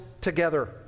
together